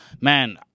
man